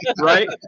right